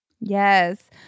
Yes